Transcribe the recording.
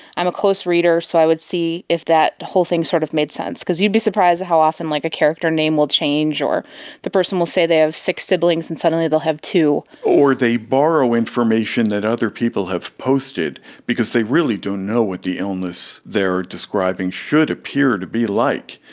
i'm a close reader, so i would see if that whole thing sort of made sense, because you'd be surprised at how often like a character name will change or the person will say they have six siblings and suddenly they will have two. or they borrow information that other people have posted because they really don't know what the illness they are describing should appear to be like.